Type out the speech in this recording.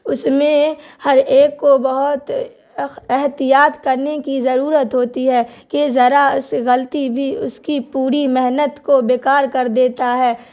اس میں ہر ایک کو بہت احتیاط کرنے کی ضرورت ہوتی ہے کہ ذرا سی غلطی بھی اس کی پوری محنت کو بے کار کر دیتا ہے